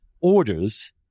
orders –